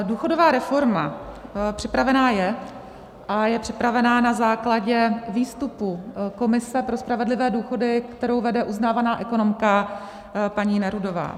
Důchodová reforma připravená je a je připravená na základě výstupu Komise pro spravedlivé důchody, kterou vede uznávaná ekonomka paní Nerudová.